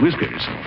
whiskers